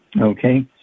Okay